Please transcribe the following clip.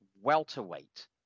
welterweight